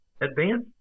advance